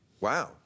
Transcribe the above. Wow